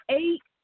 eight